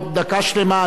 לא להפריע לו.